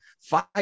fight